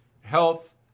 health